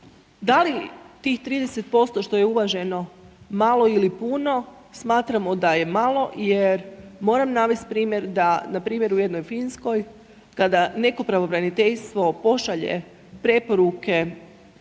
Da li tih 30% što je uvaženo, malo ili puno, smatramo da je malo jer moram navesti primjer da npr. u jednoj Finskoj kada neko pravobraniteljstvo pošalje preporuke